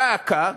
דא עקא,